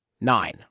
Nine